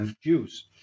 Jews